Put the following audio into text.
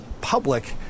public